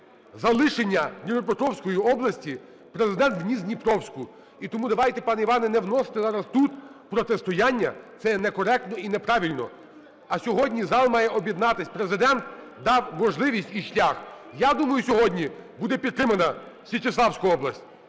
залишення Дніпропетровської області, Президент вніс Дніпровську. І тому давайте, пане Іване, не вносити зараз тут протистояння, це є некоректно і неправильно. А сьогодні зал має об'єднатися, Президент дав можливість і шлях. Я думаю, сьогодні буде підтримана Січеславська область.